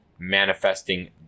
Manifesting